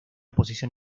posición